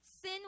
Sin